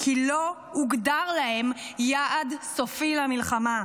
כי לא הוגדר להם יעד סופי למלחמה.